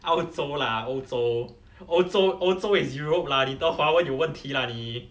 澳洲啦欧洲欧洲欧洲 is europe lah 你的华文有问题啦你